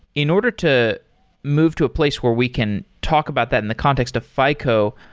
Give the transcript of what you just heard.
in order to move to a place where we can talk about that in the context of fico,